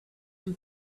him